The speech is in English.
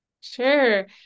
Sure